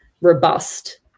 robust